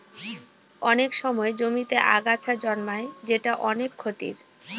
অনেক সময় জমিতে আগাছা জন্মায় যেটা অনেক ক্ষতির